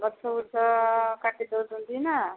ଗଛଗୁଛା କାଟି ଦେଉଛନ୍ତି ନା